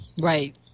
Right